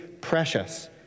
precious